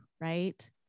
right